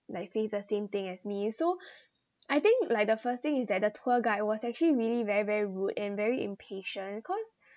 like face the same thing as me so I think like the first thing is that the tour guide was actually really very very rude and very impatient cause